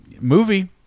movie